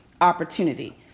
opportunity